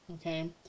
okay